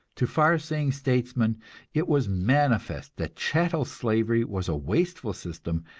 to far-seeing statesmen it was manifest that chattel slavery was a wasteful system,